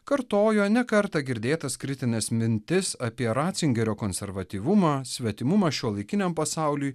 kartojo ne kartą girdėtas kritines mintis apie ratzingerio konservatyvumą svetimumą šiuolaikiniam pasauliui